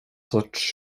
sorts